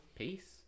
Peace